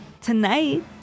Tonight